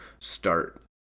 start